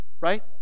right